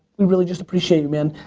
we really just appreciate you, man.